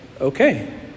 okay